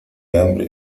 hambre